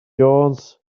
jones